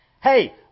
Hey